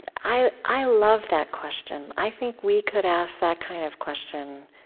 i i love that question. i think we could ask that kind of question.